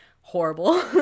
horrible